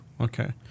Okay